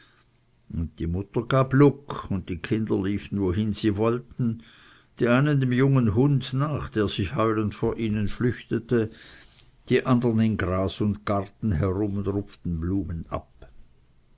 und die mutter gab lugg und die kinder liefen wohin sie wollten die einen dem jungen hund nach der sich heulend vor ihnen flüchtete die andern in gras und garten herum und rupften blumen ab